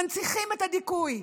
מנציחים את הדיכוי,